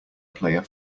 player